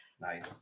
Nice